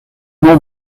non